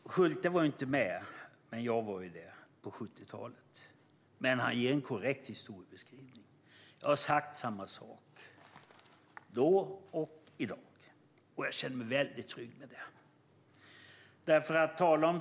Fru talman! Schulte var inte med på 70-talet, men det var jag. Han ger dock en korrekt historiebeskrivning. Jag har sagt samma sak, då och i dag, och jag känner mig väldigt trygg med det.